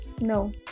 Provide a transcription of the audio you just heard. No